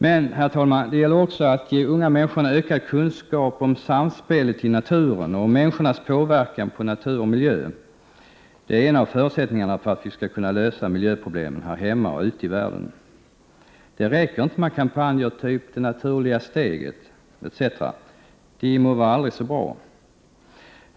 Men, herr talman, det gäller också att ge unga människor en ökad kunskap om samspelet i naturen och om människors påverkan på natur och miljö. Det är en av förutsättningarna för att vi skall kunna lösa miljöproblemen här hemma och ute i världen. Det räcker inte med kampanjer av typen ”Det naturliga steget”, etc. — de må vara aldrig så bra.